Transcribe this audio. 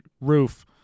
roof